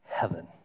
heaven